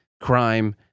crime